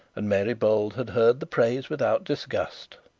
and mary bold had heard the praise without disgust.